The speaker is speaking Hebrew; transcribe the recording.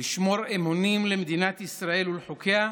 לשמור אמונים למדינת ישראל ולחוקיה,